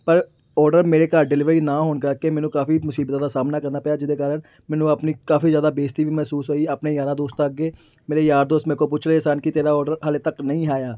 ਪਰ ਔਡਰ ਮੇਰੇ ਘਰ ਡਿਲੀਵਰੀ ਨਾ ਹੋਣ ਕਰਕੇ ਮੈਨੂੰ ਕਾਫ਼ੀ ਮੁਸੀਬਤਾਂ ਦਾ ਸਾਹਮਣਾ ਕਰਨਾ ਪਿਆ ਜਿਹਦੇ ਕਾਰਨ ਮੈਨੂੰ ਆਪਣੀ ਕਾਫ਼ੀ ਜ਼ਿਆਦਾ ਬੇਇੱਜ਼ਤੀ ਵੀ ਮਹਿਸੂਸ ਹੋਈ ਆਪਣੇ ਯਾਰਾਂ ਦੋਸਤਾਂ ਅੱਗੇ ਮੇਰੇ ਯਾਰ ਦੋਸਤ ਮੇਰੇ ਕੋਲ ਪੁੱਛ ਰਹੇ ਸਨ ਕਿ ਤੇਰਾ ਔਡਰ ਹਾਲੇ ਤੱਕ ਨਹੀਂ ਆਇਆ